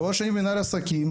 תואר שני במינהל עסקים,